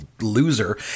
loser